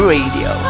Radio